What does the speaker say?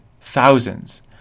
thousands